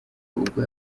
ubwo